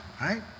right